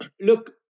look